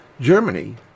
Germany